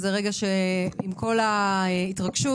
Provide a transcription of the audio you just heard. עם כל ההתרגשות,